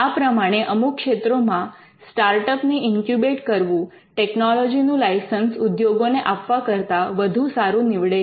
આ પ્રમાણે અમુક ક્ષેત્રોમાં સ્ટાર્ટઅપ ને ઇન્ક્યુબેટ્ કરવું ટેકનોલોજીનુ લાઇસન્સ ઉદ્યોગોને આપવા કરતા વધુ સારું નીવડે છે